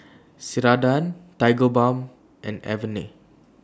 Ceradan Tigerbalm and Avene